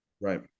Right